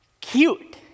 Cute